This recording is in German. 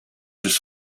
bis